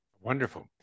Wonderful